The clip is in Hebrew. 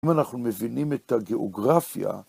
אם אנחנו מבינים את הגיאוגרפיה...